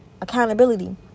accountability